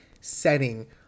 setting